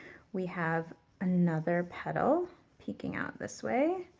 we have another petal peeking out this way.